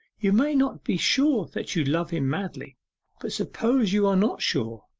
you may not be sure that you love him madly but suppose you are not sure?